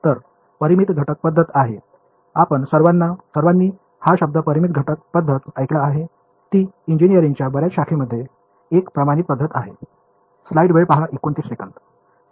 तर परिमित घटक पद्धत आहे आपण सर्वांनी हा शब्द परिमित घटक पद्धत ऐकला आहे ती इंजिनीअरिंगच्या बर्याच शाखांमध्ये एक प्रमाणित पद्धत आहे